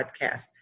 podcast